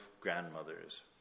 grandmothers